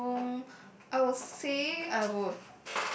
um I would say I would